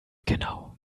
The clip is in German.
genau